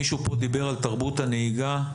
מישהו פה דיבר על תרבות הנהיגה,